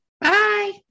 Bye